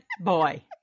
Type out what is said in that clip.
Boy